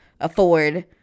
afford